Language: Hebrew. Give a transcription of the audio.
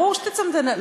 ברור שתנצחו,